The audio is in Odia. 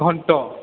ଘଣ୍ଟ